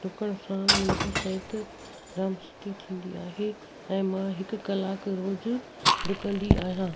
डुकण सां मुंहिंजी सिहत जामु सुठी थींदी आहे ऐं मां हिकु कलाकु रोज़ु डुकंदी आहियां